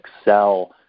excel